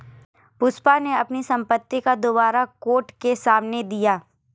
पुष्पा ने अपनी संपत्ति का ब्यौरा कोर्ट के सामने दिया